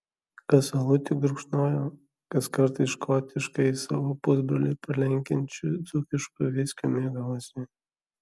kas alutį gurkšnojo kas kartais škotiškąjį savo pusbrolį pralenkiančiu dzūkišku viskiu mėgavosi